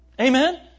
Amen